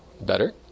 better